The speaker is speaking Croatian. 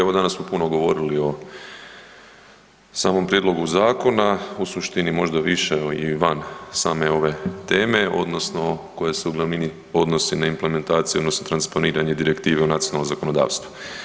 Evo danas smo puno govorili o samom prijedlogu zakona u suštini možda više i van same ove teme odnosno koje se u glavnini odnose na implementaciju odnosno transponiranje direktive u nacionalno zakonodavstvo.